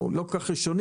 או לא כל כך ראשונית,